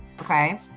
okay